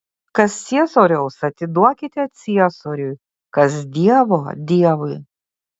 kas ciesoriaus atiduokite ciesoriui kas dievo dievui